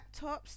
laptops